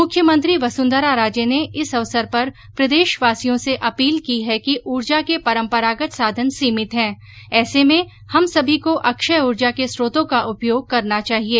मुख्यमंत्री वसुन्धरा राजे ने इस अवसर पर प्रदेशवासियों से अपील की है कि ऊर्जा के परम्परागत साधन सीमित हैं ऐसे में हम सभी को अक्षय ऊर्जा के स्त्रोतों का उपयोग करना चाहिये